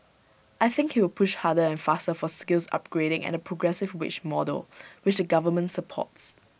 I think he will push harder and faster for skills upgrading and the progressive wage model which the government supports